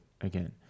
again